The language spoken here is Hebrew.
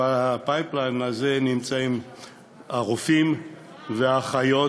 ב-pipeline נמצאים הרופאים והאחיות.